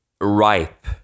ripe